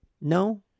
No